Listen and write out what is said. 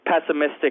pessimistic